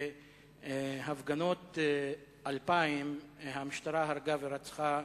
בהפגנות 2000 המשטרה הרגה ורצחה